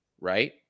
right